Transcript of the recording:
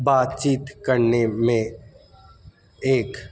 بات چیت کرنے میں ایک